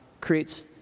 creates